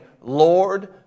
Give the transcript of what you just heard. Lord